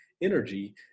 energy